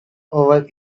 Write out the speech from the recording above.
over